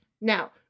Now